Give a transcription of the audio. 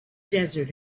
desert